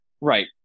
Right